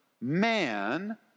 man